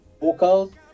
vocals